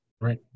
Right